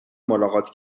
ملاقات